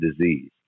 disease